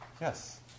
Yes